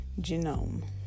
genome